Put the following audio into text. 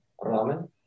ramen